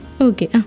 Okay